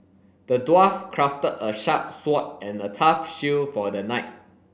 the dwarf crafted a sharp sword and a tough shield for the knight